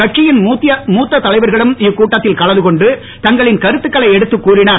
கட்சியின் மூத்த தலைவர்களும் இக்கூட்டத்தில் கலந்து கொண்டு தங்களின் கருத்துக்களை எடுத்துக் கூறினர்